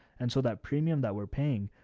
and so that premium that we're paying,